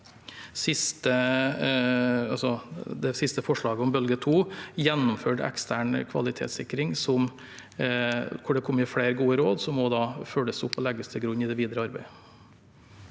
det siste forslaget om bølge 2 ble det gjennomført ekstern kvalitetssikring, hvor det er kommet flere gode råd som følges opp og legges til grunn i det videre arbeidet.